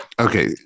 Okay